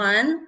One